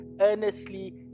earnestly